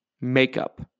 makeup